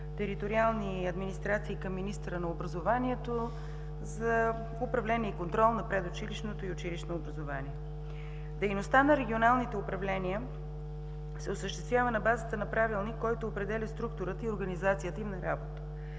териториални администрации към министъра на образованието за управление и контрол на предучилищното и училищно образование. Дейността на регионалните управления се осъществява на базата на Правилник, който определя структурата и организацията им на работа.